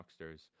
Rockstars